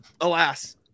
Alas